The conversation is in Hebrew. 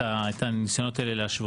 את הניסיונות האלה להשוות.